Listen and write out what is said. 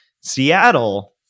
Seattle